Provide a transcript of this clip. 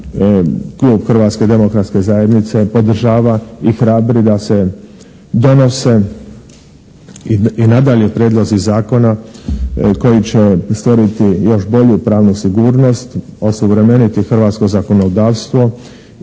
klub Hrvatske demokratske zajednice podržava i hrabri da se donose i nadalje prijedlozi zakona koji će stvoriti još bolju pravnu sigurnost, osuvremeniti hrvatsko zakonodavstvo